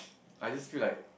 I just feel like